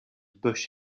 bush